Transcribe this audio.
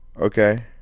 Okay